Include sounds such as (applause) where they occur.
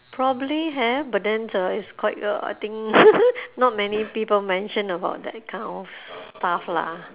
probably have but then uh it's quite uh I think (laughs) not many people mention about that kind of stuff lah